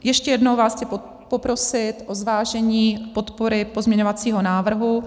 Ještě jednou vás chci poprosit o zvážení podpory pozměňovacího návrhu.